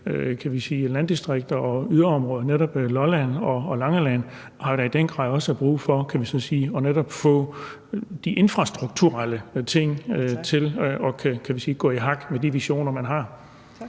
landdistrikter og yderområder, har netop Lolland og Langeland da i den grad også brug for netop at få de infrastrukturelle ting til at kunne gå i hak med de visioner, man har?